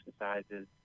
exercises